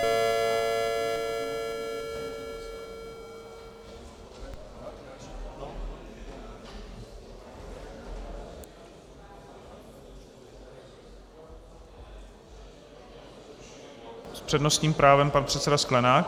S přednostním právem pan předseda Sklenák.